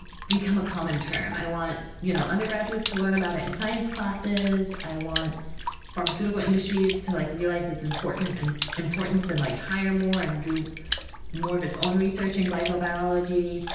become a common term. i want, you know, undergraduates to learn about it in science classes. i want pharmaceutical industries to like realize it's important, and its importance, and like hire more, and do more of its own research in glycobiology.